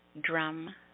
drum